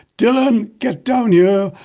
dylan, get down here,